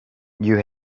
you